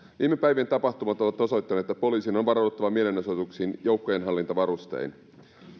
viime päivien tapahtumat ovat osoittaneet että poliisin on varauduttava mielenosoituksiin joukkojenhallintavarustein